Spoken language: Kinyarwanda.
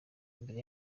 imbere